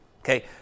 Okay